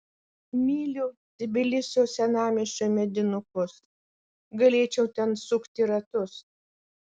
myliu tbilisio senamiesčio medinukus galėčiau ten sukti ratus